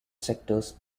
sectors